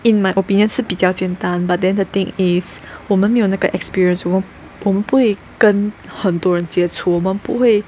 in my opinion 是比较简单 but then the thing is 我们没有那个 experience 我们我们不会跟很多人接触我们不会